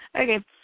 Okay